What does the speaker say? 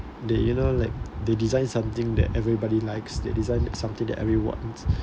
they you know like they design something that everybody likes they design something that everyone